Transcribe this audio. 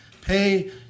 pay